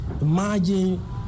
imagine